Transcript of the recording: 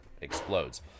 explodes